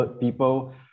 people